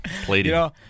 plating